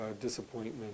disappointment